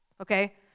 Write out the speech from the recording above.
okay